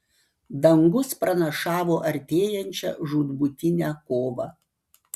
dangus pranašavo artėjančią žūtbūtinę kovą